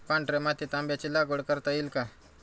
पांढऱ्या मातीत आंब्याची लागवड करता येईल का?